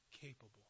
capable